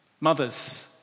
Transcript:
Mothers